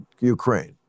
Ukraine